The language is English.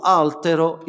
altero